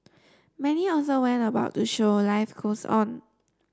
many also went about to show life goes on